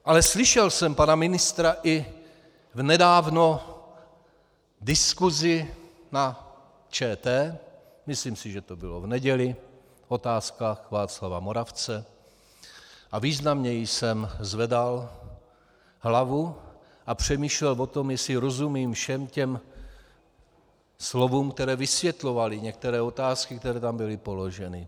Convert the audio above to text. Ale slyšel jsem pana ministra i v nedávné diskusi na ČT, myslím si, že to bylo v neděli v Otázkách Václava Moravce, a významně jsem zvedal hlavu a přemýšlel o tom, jestli rozumím všem slovům, která vysvětlovala některé otázky, které tam byly položeny.